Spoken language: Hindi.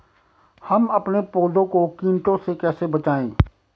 हम अपने पौधों को कीटों से कैसे बचाएं?